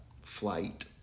flight